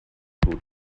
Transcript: tut